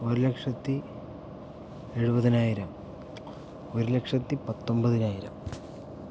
ഒരു ലക്ഷത്തി എഴുപതിനായിരം ഒരു ലക്ഷത്തി പത്തൊമ്പതിനായിരം